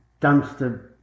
dumpster